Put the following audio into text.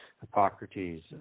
Hippocrates